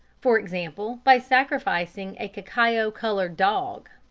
for example, by sacrificing a cacao-coloured dog